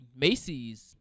Macy's